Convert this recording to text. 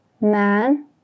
man